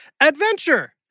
adventure